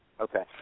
Okay